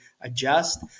adjust